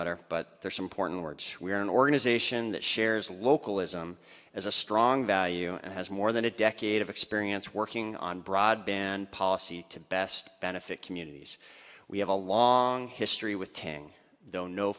letter but there are some porton words we are an organization that shares localism as a strong value has more than a decade of experience working on broadband policy to best benefit communities we have a long history with tang though no